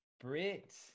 brit